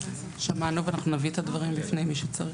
שמענו ואנחנו נביא את הדברים בפני מי שצריך.